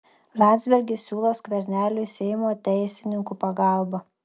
landsbergis siūlo skverneliui seimo teisininkų pagalbą